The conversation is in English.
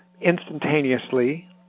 instantaneously